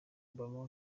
obama